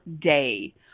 day